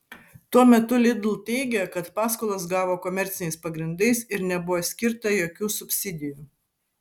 tuo metu lidl teigia kad paskolas gavo komerciniais pagrindais ir nebuvo skirta jokių subsidijų